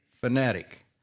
fanatic